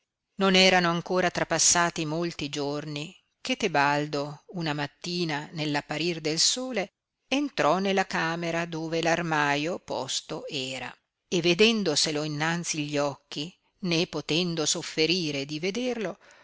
non erano ancora trappassati molti giorni che tebaldo una mattina ne l'apparir del sole entrò nella camera dove l'armaio posto era e vedendoselo innanzi gli occhi né potendo sofferire di vederlo